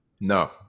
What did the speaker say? no